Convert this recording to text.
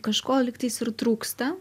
kažko lyg tais ir trūksta